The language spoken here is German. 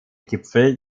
gipfel